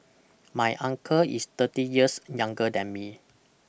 my uncle is thirty years younger than me